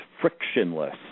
frictionless